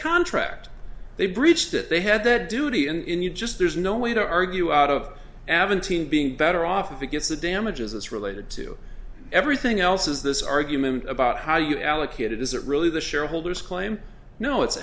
contract they breached it they had that duty and you just there's no way to argue out of avenue team being better off it gets the damage as it's related to everything else is this argument about how you allocate it isn't really the shareholders claim no it's